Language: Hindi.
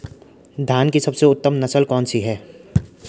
धान की सबसे उत्तम नस्ल कौन सी है?